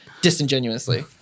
disingenuously